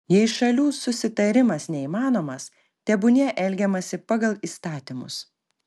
jei šalių susitarimas neįmanomas tebūnie elgiamasi pagal įstatymus